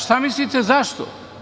Šta mislite zašto?